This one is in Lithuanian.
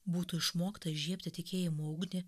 būtų išmokta įžiebti tikėjimo ugnį